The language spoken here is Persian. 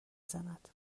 زند